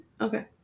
Okay